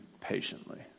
patiently